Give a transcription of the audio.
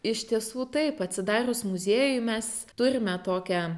iš tiesų taip atsidarius muziejui mes turime tokią